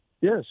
Yes